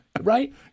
Right